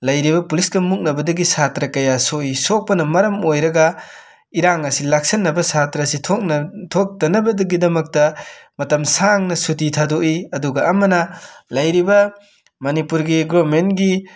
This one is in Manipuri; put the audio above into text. ꯂꯩꯔꯤꯕ ꯄꯨꯂꯤꯁꯀ ꯃꯨꯛꯅꯕꯗꯒꯤ ꯁꯥꯇ꯭ꯔ ꯀꯌꯥ ꯁꯣꯛꯏ ꯁꯣꯛꯄꯅ ꯃꯔꯝ ꯑꯣꯏꯔꯒ ꯏꯔꯥꯡ ꯑꯁꯤ ꯂꯥꯛꯁꯤꯟꯅꯕ ꯁꯥꯇ꯭ꯔꯁꯤ ꯊꯣꯛꯇꯅꯕꯒꯤꯗꯃꯛꯇ ꯃꯇꯝ ꯁꯥꯡꯅ ꯁꯨꯇꯤ ꯊꯥꯗꯣꯛꯏ ꯑꯗꯨꯒ ꯑꯃꯅ ꯂꯩꯔꯤꯕ ꯃꯅꯤꯄꯨꯔꯒꯤ ꯒꯣꯔꯃꯦꯟꯒꯤ